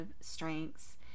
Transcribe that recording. strengths